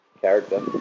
character